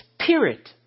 spirit